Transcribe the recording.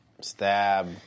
stab